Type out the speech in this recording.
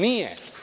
Nije.